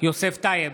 יוסף טייב,